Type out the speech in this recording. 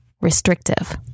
restrictive